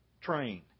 train